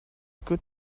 good